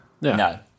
No